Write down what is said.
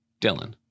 Dylan